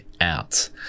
out